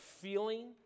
feeling